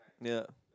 yeah